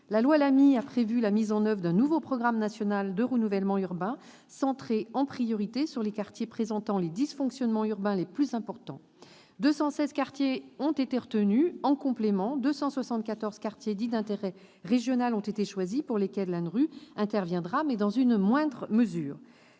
la loi Lamy a prévu la mise en oeuvre d'un nouveau programme national de renouvellement urbain centré, en priorité, sur les quartiers présentant les dysfonctionnements urbains les plus importants. Ainsi, 216 quartiers ont été retenus. En complément, 274 quartiers dits « d'intérêt régional » ont été choisis, pour lesquels l'ANRU interviendra, mais dans une moindre mesure.